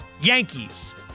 Yankees